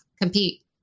compete